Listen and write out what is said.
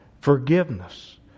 Forgiveness